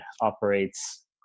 operates